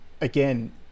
again